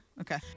Okay